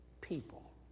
people